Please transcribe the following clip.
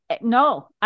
No